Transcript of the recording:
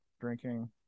drinking